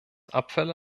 abfälle